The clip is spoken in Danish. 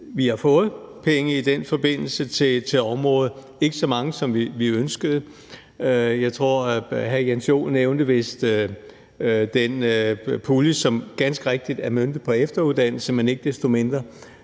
Vi har i den forbindelse fået penge til området, men ikke så mange, som vi ønskede. Hr. Jens Joel nævnte vist den pulje, som ganske rigtigt er møntet på efteruddannelse, men ikke desto mindre